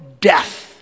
death